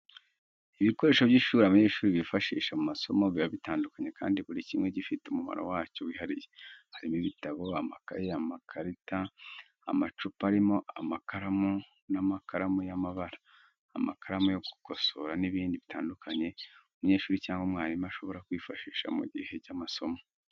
Ibikoresho by’ishuri abanyeshuri bifashisha mu masomo biba bitandukanye kandi buri kimwe gifite umumaro wacyo wihariye. Harimo ibitabo, amakaye, amakarita, amacupa arimo amakaramu n’amakaramu y’amabara, amakaramu yo gukosora n'ibindi bitandukanye umunyeshuri cyangwa umwarimu ashobora kwifashisha mu gihe cy'amasomo.